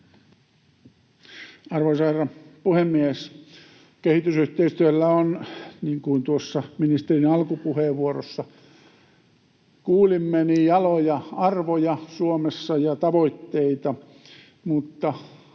Arvoisa herra puhemies! Kehitysyhteistyöllä on, niin kuin ministerin alkupuheenvuorossa kuulimme, jaloja arvoja ja tavoitteita